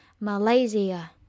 Malaysia